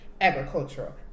Agricultural